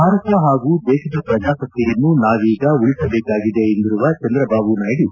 ಭಾರತ ಹಾಗೂ ದೇಶದ ಪ್ರಜಾಸತ್ತೆಯನ್ನು ನಾವೀಗ ಉಳಿಸಬೇಕಾಗಿದೆ ಎಂದಿರುವ ಚಂದ್ರಬಾಬು ನಾಯ್ತು